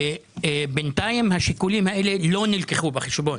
בינתיים השיקולים האלה לא נלקחו בחשבון.